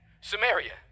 Samaria